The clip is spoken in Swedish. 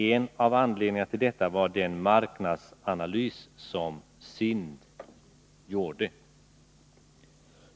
En av anledningarna till detta var den marknadsanalys som SIND har gjort.